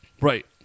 Right